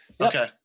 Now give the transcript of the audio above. okay